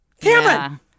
Cameron